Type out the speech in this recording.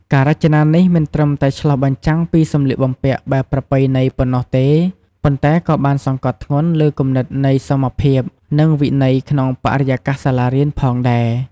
ការរចនានេះមិនត្រឹមតែឆ្លុះបញ្ចាំងពីសម្លៀកបំពាក់បែបប្រពៃណីប៉ុណ្ណោះទេ ប៉ុន្តែក៏បានសង្កត់ធ្ងន់លើគំនិតនៃសមភាព និងវិន័យក្នុងបរិយាកាសសាលារៀនផងដែរ។